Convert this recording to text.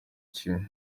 kimwe